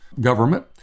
government